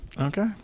Okay